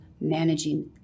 managing